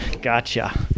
gotcha